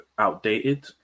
outdated